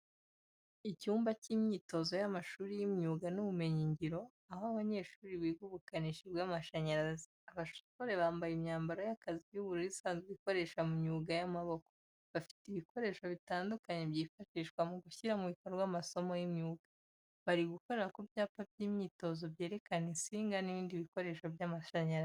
Icyumba cy’imyitozo y’amashuri y’imyuga n’ubumenyingiro, aho abanyeshuri biga ubukanishi bw’amashanyarazi. Abasore bambaye imyambaro y’akazi y'ubururu isanzwe ikoreshwa mu myuga y’amaboko. Bafite ibikoresho bitandukanye byifashishwa mu gushyira mu bikorwa amasomo y’imyuga. Bari gukorera ku byapa by’imyitozo byerekana insinga n’ibindi bikoresho by’amashanyarazi.